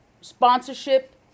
sponsorship